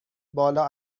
بالا